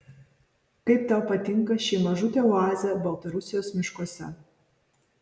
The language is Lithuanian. kaip tau patinka ši mažutė oazė baltarusijos miškuose